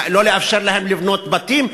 לא לאפשר להם לבנות בתים,